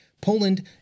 Poland